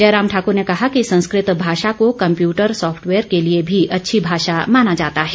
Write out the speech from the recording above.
जयराम ठाकर ने कहा कि संस्कृत भाषा को कम्पयूटर साँफ्टवेयर के लिए भी अच्छी भाषा माना जाता है